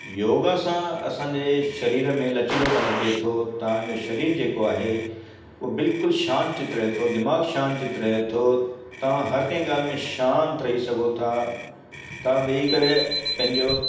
योगा सां असांजे शरीर में लचीलोपन अचे थो तव्हांजो शरीर जेको आहे उहो बिल्कुलु शांति चित रहे थो दिमाग़ु शांति चित रहे थो तव्हां हर कंहिं ॻाल्हि में शांति रही सघो था तव्हां वेही करे पंहिंजो